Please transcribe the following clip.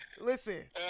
Listen